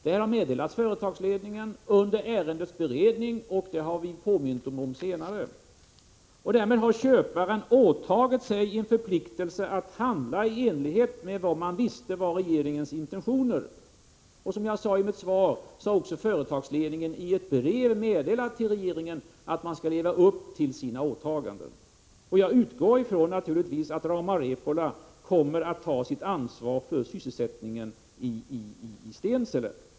Detta har meddelats företagsledningen under ärendets beredning, och det har vi påmint om senare. Köparen har förpliktat sig att handla i enlighet med vad man visste var regeringens intentioner. Som jag sade i mitt svar har också företagsledningen i ett brev till regeringen meddelat att man skall leva upp till sina åtaganden. Jag utgår naturligtvis från att Rauma Repola kommer att ta sitt ansvar för sysselsättningen i Stensele.